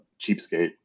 cheapskate